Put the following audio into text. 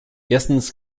erstens